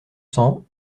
cents